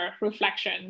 reflection